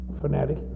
fanatic